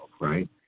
right